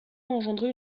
engendrer